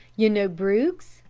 you know bruges?